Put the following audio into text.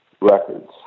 records